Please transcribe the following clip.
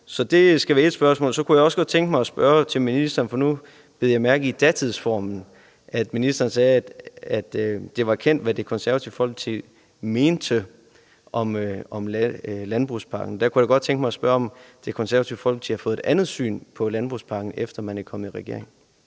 Det skal være det ene spørgsmål. Jeg kunne også godt tænke mig at spørge ministeren om noget andet. Nu bed jeg mærke i datidsformen, altså at ministeren sagde, at det var kendt, hvad Det Konservative Folkeparti mente om landbrugspakken. Der kunne jeg godt tænke mig at spørge, om Det Konservative Folkeparti har fået et andet syn på landbrugspakken, efter man er kommet i regering.